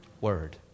Word